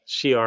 CR